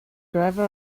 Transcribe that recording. gravel